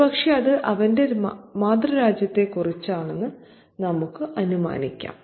ഒരുപക്ഷേ അത് അവന്റെ മാതൃരാജ്യത്തെക്കുറിച്ചാണെന്ന് നമുക്ക് അനുമാനിക്കാം